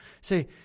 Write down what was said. Say